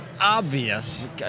obvious